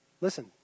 Listen